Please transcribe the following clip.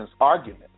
argument